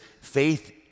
faith